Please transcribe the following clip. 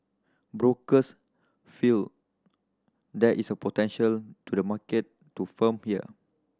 brokers feel there is potential to the market to firm here